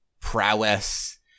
prowess